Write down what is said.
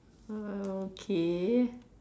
uh okay